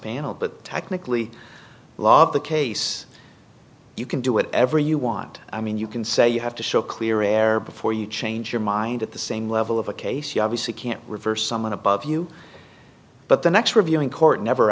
no but technically law of the case you can do whatever you want i mean you can say you have to show clear error before you change your mind at the same level of a case you obviously can't reverse someone above you but the next reviewing court never